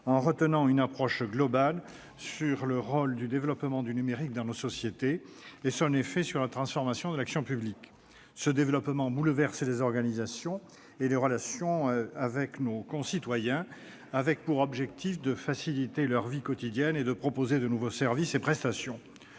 en retenant une approche globale sur le rôle du développement du numérique dans nos sociétés et son effet sur la transformation de l'action publique. Ce développement bouleverse les organisations et les relations avec nos concitoyens, l'objectif étant de faciliter leur vie quotidienne et de proposer de nouveaux services et prestations.